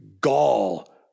gall